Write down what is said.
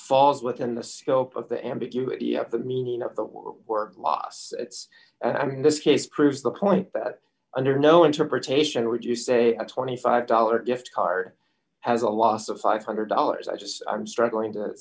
falls within the scope of the ambiguity of the meaning of the word lost its i mean this case proves the point that under no interpretation would you say a twenty five dollars gift card has a loss of five hundred dollars i just i'm struggling to